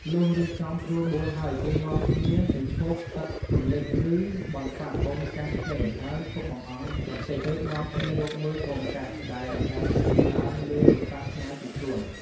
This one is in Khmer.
លុះរៀបចំស្រួលបួលហើយ គេនាំគ្នាកញ្ជ្រោកទឹកពន្លិច ឬបន្សាត់ "កូនកាស" ចេញ ហើយឈប់បង្អង់បន្តិច ទើបនាំគ្នារកមើល "កូនកាស" ដែលអណ្ដែតឡើងហើយរសាត់ឆ្ងាយពីខ្លួន។